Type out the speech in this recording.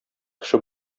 кеше